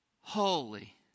holy